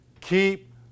keep